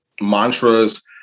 mantras